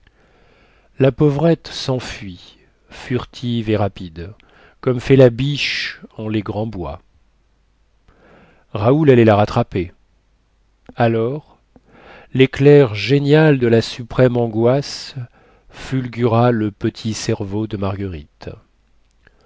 la pauvrette senfuit furtive et rapide comme fait la biche en les grands bois raoul allait la rattraper alors léclair génial de la suprême angoisse fulgura le petit cerveau de marguerite